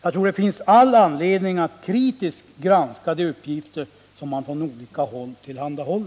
Jag tror att det finns all anledning att kritiskt granska de uppgifter som tillhandahålls från olika håll.